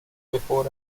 before